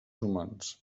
humans